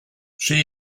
she